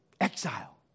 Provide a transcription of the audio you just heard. Exile